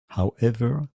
however